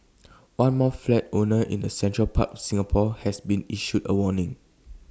one more flat owner in the central part of Singapore has been issued A warning